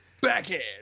Backhand